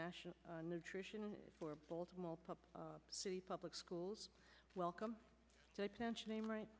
national nutrition for city public schools welcome name right